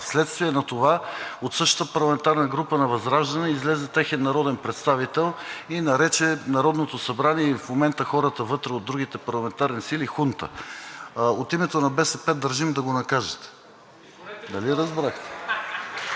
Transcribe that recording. Вследствие на това от същата парламентарна група на ВЪЗРАЖДАНЕ излезе техен народен представител и нарече Народното събрание и в момента хората вътре от другите парламентарни сили хунта. От името на БСП държим да го накажете, нали разбрахте?